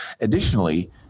Additionally